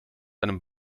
einem